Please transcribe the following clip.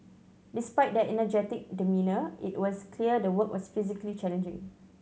despite their energetic demeanour it was clear the work was physically challenging